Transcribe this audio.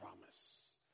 promise